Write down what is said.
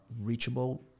reachable